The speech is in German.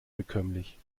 bekömmlich